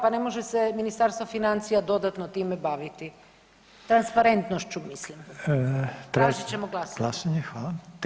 Pa ne može se Ministarstvo financija dodatno time baviti transparentnošću mislim.